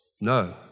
No